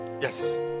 yes